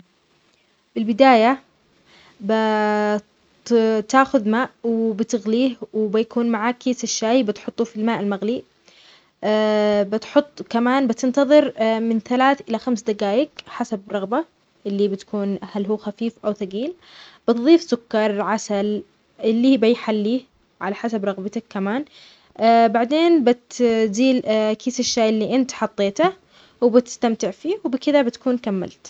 بالبداية بتاخذ ماء وبتغليه وبيكون معاك كيس الشاي بتحطوه في الماء المغلي بتحط كمان بتنتظر من ثلاث إلى خمس دقايق حسب رغبة اللي بتكون هل هو خفيف أو ثقيل بتضيف سكر, عسل اللي يبى يحليه على حسب رغبتك كمان بعدين بتزيل كيس الشاي اللي انت حطيته وبتستمتع فيه وبكده بتكون كملت